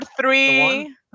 three